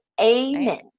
Amen